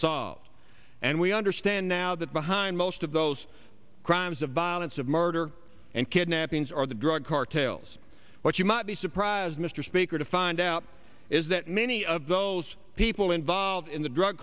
solved and we understand now that behind most of those crimes of violence of murder and kidnappings are the drug cartels what you might be surprised mr speaker to find out is that many of those people involved in the drug